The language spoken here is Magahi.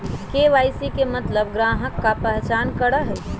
के.वाई.सी के मतलब ग्राहक का पहचान करहई?